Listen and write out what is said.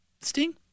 Sting